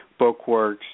BookWorks